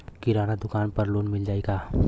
किराना दुकान पर लोन मिल जाई का?